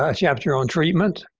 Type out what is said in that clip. ah chapter on treatment,